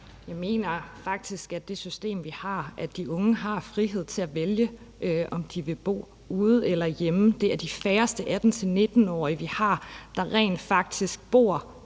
Jeg mener faktisk, at de unge med det system, vi har, har frihed til at vælge, om de vil bo ude eller hjemme. Det er de færreste 18-19-årige, vi har, der rent faktisk bor